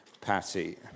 Patty